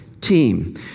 team